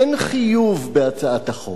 אין חיוב בהצעת החוק,